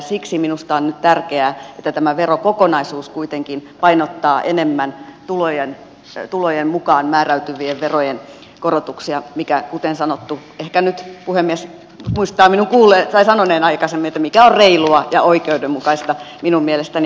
siksi minusta on nyt tärkeää että tämä verokokonaisuus kuitenkin painottaa enemmän tulojen mukaan määräytyvien verojen korotuksia mikä kuten sanottu ehkä nyt puhemies muistaa minun sanoneen aikaisemmin on reilua ja oikeudenmukaista minun mielestäni